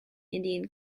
indian